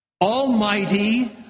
Almighty